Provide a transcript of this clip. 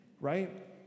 right